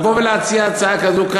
שיבוא ויציע כאן: